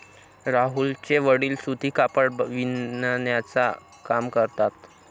राहुलचे वडील सूती कापड बिनण्याचा काम करतात